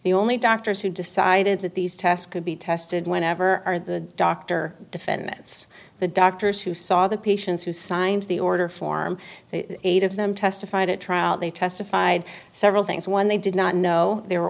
the only doctors who decided that these tests could be tested whenever are the doctor defendants the doctors who saw the patients who signed the order form eight of them testified at trial they testified several things one they did not know the